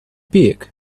pig